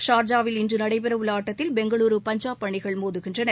ஷார்ஜாவில் இன்று நடைபெறவுள்ள ஆட்டத்தில் பெங்களூரு பஞ்சாப் அணிகள் மோதுகின்றன